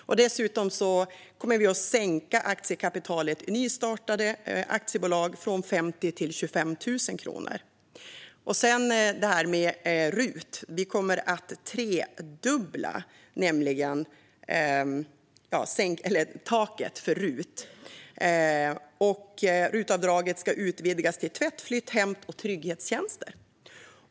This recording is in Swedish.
Dessutom kommer kravet på aktiekapital i nystartade aktiebolag att sänkas från 50 000 till 25 000 kronor. När det gäller RUT kommer taket att höjas till det tredubbla. RUT-avdraget ska också utvidgas till tvätt-, flytt-, hämt och trygghetstjänster.